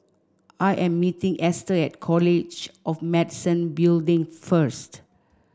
I am meeting Ester at College of Medicine Building first